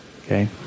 Okay